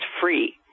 free